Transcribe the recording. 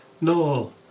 No